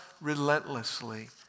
relentlessly